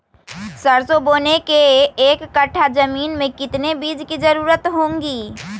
सरसो बोने के एक कट्ठा जमीन में कितने बीज की जरूरत होंगी?